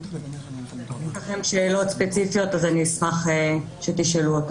אם יש לכם שאלות ספציפיות אני אשמח שתשאלו.